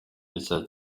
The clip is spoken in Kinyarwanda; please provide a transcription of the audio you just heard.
bishya